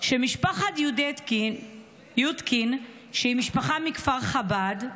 שמשפחת יודקין, שהיא משפחה מכפר חב"ד,